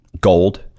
gold